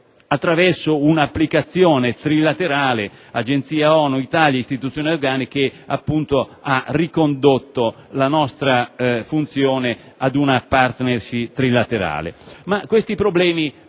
attraverso un'applicazione trilaterale (agenzia ONU, Italia, istituzioni afgane) che ha ricondotto la nostra funzione ad una *partnership* trilaterale. Questi problemi